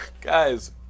Guys